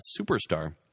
superstar